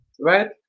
right